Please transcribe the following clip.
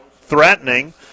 threatening